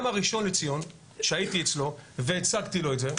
גם הראשון לציון שהייתי אצלו והצגתי לו את זה,